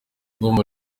ndumva